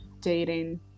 dating